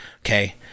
Okay